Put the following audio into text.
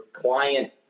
client